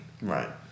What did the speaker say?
Right